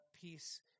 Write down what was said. peace